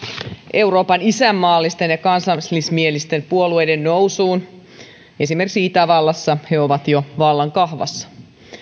euroopan isänmaallisten ja kansallismielisten puolueiden nousuun esimerkiksi itävallassa ne ovat jo vallankahvassa